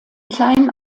kleinen